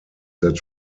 that